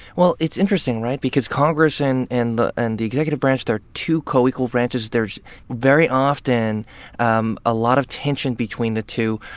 well, it's interesting right? because congress and and the and the executive branch, they're two coequal branches. there's very often um a lot of tension between the two.